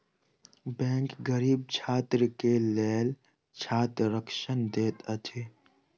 bank गरीब छात्र के लेल छात्र ऋण दैत अछि